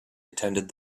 attended